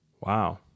Wow